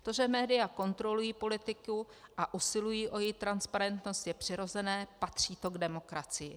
To, že média kontrolují politiku a usilují o její transparentnost, je přirozené, patří to k demokracii.